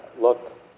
look